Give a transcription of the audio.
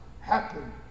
happen